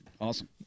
awesome